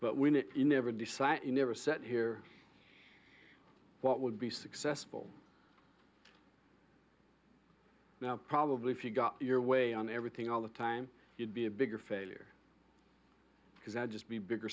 but when it in ever decide you never set here what would be successful now probably if you got your way on everything all the time you'd be a bigger failure because i'd just be bigger